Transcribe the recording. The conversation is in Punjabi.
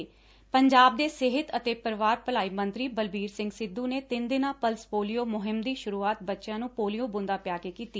ਪੰਜਾਬ ਦੇ ਸਿਹਤ ਅਤੇ ਪਰਿਵਾਰ ਭਲਾਈ ਮੰਤਰੀ ਬਲਬੀਰ ਸਿੰਘ ਸਿੱਧੂ ਨੇ ਤਿੰਨ ਦਿਨਾਂ ਪਲਸ ਪੋਲੀਓ ਮੁਹਿਮ ਦੀ ਸੁਰੂਆਤ ਬੱਚਿਆਂ ਨੂੰ ਪੋਲੀਓ ਬੂੰਦਾਂ ਪਿਆ ਕੇ ਕੀਤੀ